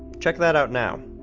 check that out now.